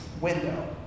window